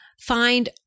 find